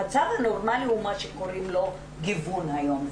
המצב הנורמלי הוא מה שקוראים לו גיוון היום.